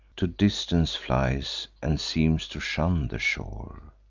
to distance flies, and seems to shun the shore.